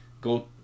go